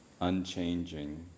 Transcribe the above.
Unchanging